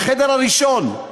החדר הראשון,